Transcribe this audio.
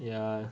yeah